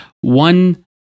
one